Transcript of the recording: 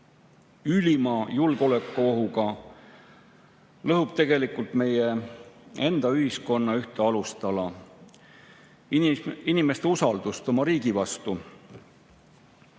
ülima julgeolekuohuga, lõhub tegelikult meie ühiskonna ühte alustala – inimeste usaldust oma riigi vastu.